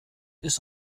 ist